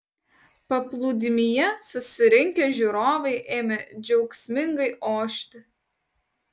paplūdimyje susirinkę žiūrovai ėmė džiaugsmingai ošti